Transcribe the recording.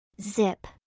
Zip